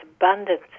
abundance